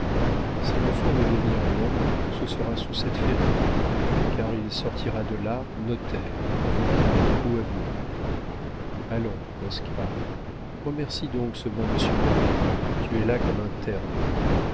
si l'enfant veut devenir un homme ce sera sous cette férule car il sortira de là notaire avocat ou avoué allons oscar remercie donc ce bon monsieur moreau tu es là comme un terme